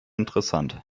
interessant